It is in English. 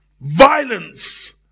Violence